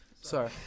Sorry